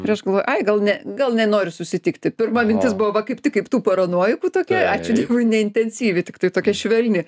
ir aš galvoju ai gal ne gal nenori susitikti pirma mintis buvo kaip tik tų paranojikų tokia ačiū dievui neintensyvi tiktai tokia švelni